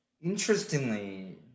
interestingly